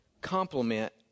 complement